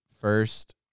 first –